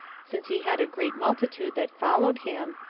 since he had a great multitude that followed him,